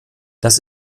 das